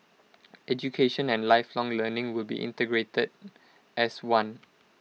education and lifelong learning will be integrated as one